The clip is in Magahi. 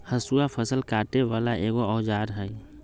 हसुआ फ़सल काटे बला एगो औजार हई